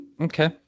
okay